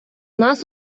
нас